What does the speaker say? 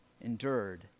endured